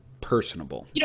Personable